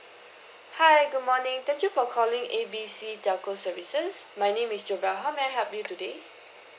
hi good morning thank you for calling A B C telco services my name is jovelle how may I help you today